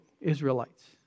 Israelites